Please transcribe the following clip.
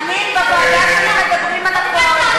חנין, בוועדה שלי מדברים על הכול.